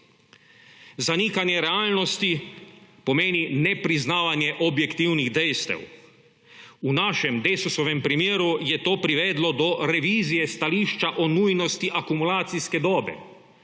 Zanikanje realnosti pomeni nepriznavanje objektivnih dejstev. V našem, Desusovem, primeru je to privedlo do revizije stališča o nujnosti akumulacijske dobe,